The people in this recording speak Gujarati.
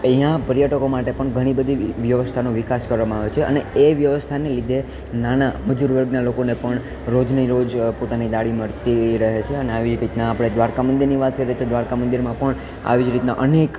અહિંયા પર્યટકો માટે પણ ઘણી બધી વ્યવસ્થાનો વિકાસ કરવામાં આવે છે અને એ વ્યવસ્થાને લીધે નાના મજૂર વર્ગનાં લોકોને પણ રોજની રોજ પોતાની દાળી મળતી રહે છે અને આવી રીતનાં આપણે દ્વારકા મંદિરની વાત કરીએ તો દ્વારકા મંદિરમાં પણ આવી જ રીતનાં અનેક